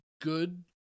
good